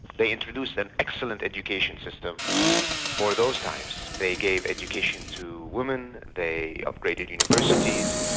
they introduced an excellent education system for those times. they gave education to women, they upgraded universities,